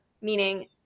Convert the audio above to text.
meaning